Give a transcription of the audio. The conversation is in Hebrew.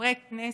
כחברי כנסת,